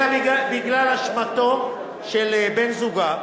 אלא בגלל אשמתו של בן-זוגה,